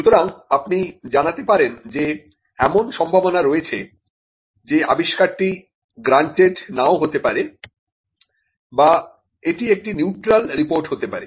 সুতরাং আপনি জানাতে পারেন যে এমন সম্ভাবনা রয়েছে যে আবিষ্কারটি গ্রান্টেড নাও হতে পারে বা এটি একটি নিউট্রাল রিপোর্ট হতে পারে